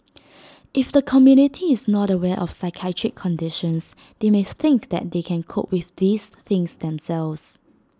if the community is not aware of psychiatric conditions they may think that they can cope with these things themselves